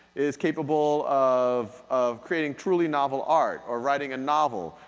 is capable of of creating truly novel art, or writing a novel,